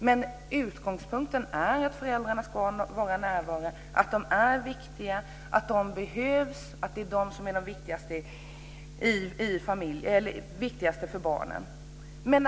Men utgångspunkten är att föräldrarna ska vara närvarande, att de är viktiga, att de behövs och att det är de som är de viktigaste för barnen.